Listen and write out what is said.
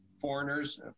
foreigners